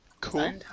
Cool